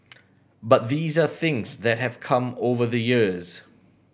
but these are things that have come over the years